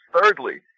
Thirdly